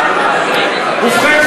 ובכן,